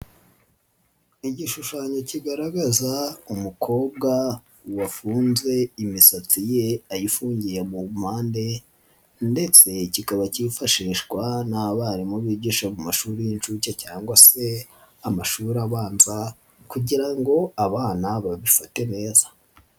Igishushanyo kigaragaza umukobwa wafunze imisatsi ye ayifungiye mu mpande ndetse kikaba kifashishwa n'abarimu bigisha mu mashuri y'inshuke cyangwa se amashuri abanza kugira ngo abana babifate neza.